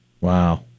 Wow